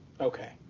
Okay